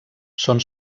són